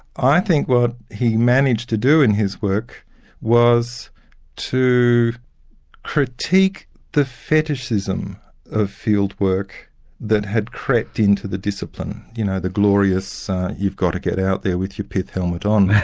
i think what he managed to do in his work was to critique the fetishism of field work that had crept into the discipline, you know, the glorious you've got to get out there with your pith-helmet on.